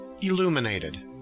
illuminated